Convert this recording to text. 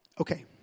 Okay